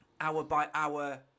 hour-by-hour